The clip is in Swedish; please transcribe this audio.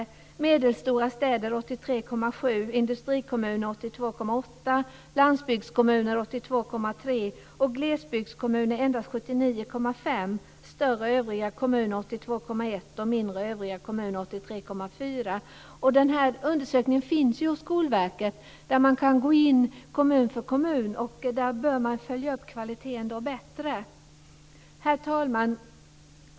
Siffran för medelstora städer är 83,7 %, för industrikommuner 82,8 %, för landsbygdskommuner 82,3 %, för glesbygdskommuner endast 79,5 %, för större övriga kommuner Den här undersökningen finns hos Skolverket. Man kan gå in kommun för kommun, och där bör man följa upp kvaliteten bättre. Herr talman!